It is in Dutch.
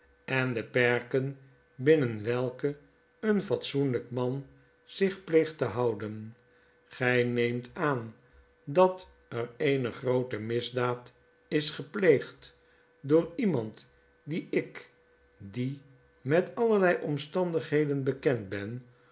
en de perken binnen welke een fatsoenlyk man zich pleegt te houden gy neemt aan dat er eene groote misdaad is geijleegd door iemand dien ik die met allerlei omstandigheden bekend ben